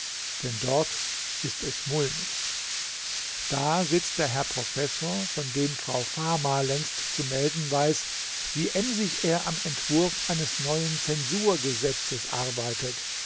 denn dort ist es mulmig da sitzt der herr professor von dem frau fama längst zu melden weiß wie emsig er am entwurf eines neuen zensurgesetzes arbeitet